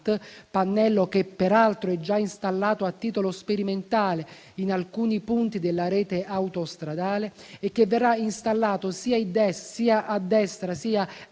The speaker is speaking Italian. pannello che peraltro è già installato a titolo sperimentale in alcuni punti della rete autostradale, e che verrà installato sia a destra sia a